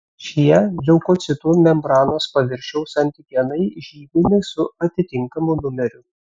šie leukocitų membranos paviršiaus antigenai žymimi su atitinkamu numeriu